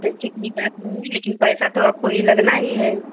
ऐसी कोई बात नही है लेकिन पैसा तो ये आपको लगना ही है